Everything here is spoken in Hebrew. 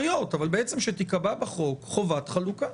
שתיקבע בחוק חובת חלוקה.